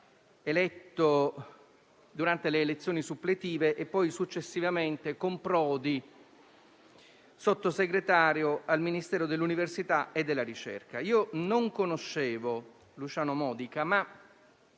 nel 2002: eletto durante le elezioni suppletive e successivamente, con Prodi, Sottosegretario al Ministero dell'università e della ricerca. Non conoscevo Luciano Modica ma,